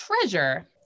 Treasure